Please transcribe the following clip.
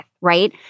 right